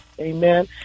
Amen